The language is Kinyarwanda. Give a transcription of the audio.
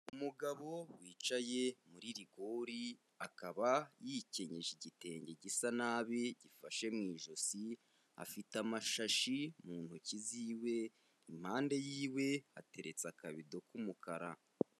Umugabo wicaye muri rigori akaba yikenyeje igitenge gisa nabi gifashe mu ijosi, afite amashashi mu ntoki ziwe impande yiwe hateretse akabido k'umukara.